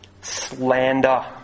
slander